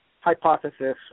hypothesis